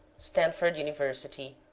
stanford university,